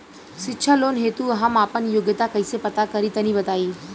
शिक्षा लोन हेतु हम आपन योग्यता कइसे पता करि तनि बताई?